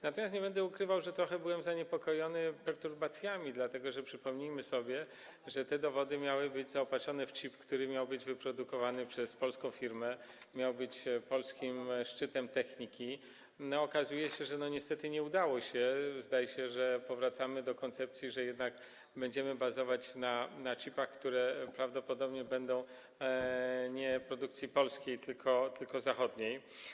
Natomiast nie będę ukrywał, że trochę byłem zaniepokojony perturbacjami, dlatego że przypomnijmy sobie, że te dowody miały być zaopatrzone w czip, który miał być wyprodukowany przez polską firmę, miał być polskim szczytem techniki, a okazuje się, że niestety nie udało się, zdaje się, że powracamy do koncepcji, że jednak będziemy bazować na czipach, które prawdopodobnie będą nie produkcji polskiej, tylko zachodniej.